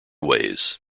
ways